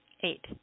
Eight